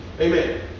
Amen